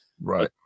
Right